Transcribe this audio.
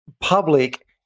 public